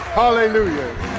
hallelujah